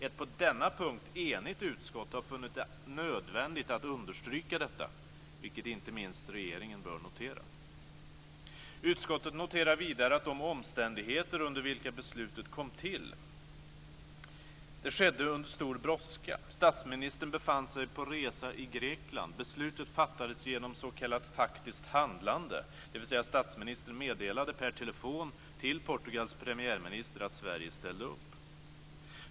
Ett på denna punkt enigt utskott har funnit det nödvändigt att understryka detta, vilket inte minst regeringen bör notera. Utskottet noterar vidare de omständigheter under vilka beslutet kom till. Det skedde under stor brådska. Statsministern befann sig på resa i Grekland. Beslutet fattades genom s.k. faktiskt handlande, dvs. att statsministern per telefon meddelade Portugals premiärminister att Sverige ställde upp.